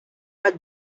lat